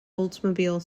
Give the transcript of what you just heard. oldsmobile